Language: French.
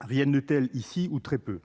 Rien de tel ici, ou très peu !